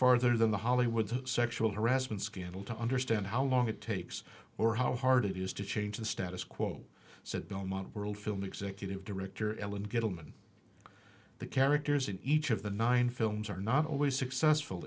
farther than the hollywood sexual harassment scandal to understand how long it takes or how hard it is to change the status quo said belmont world film executive director ellen get a woman the characters in each of the nine films are not always successful